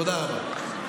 תודה רבה.